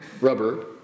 rubber